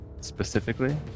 specifically